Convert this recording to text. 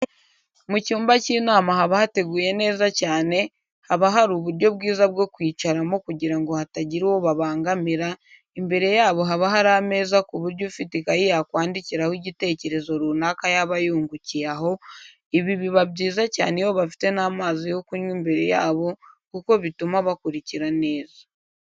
Mu cyumba cy'inama haba hateguye neza cyane, haba hari uburyo bwiza bwo kwicaramo kugira ngo hatagira uwo babangamira, imbere yabo haba hari ameza ku buryo ufite ikayi yakwandikiraho igitekeretezo runaka yaba yungukiye aho, ibi biba byiza cyane iyo bafite n'amazi yo kunywa imbere yabo kuko bituma bakurikira neza.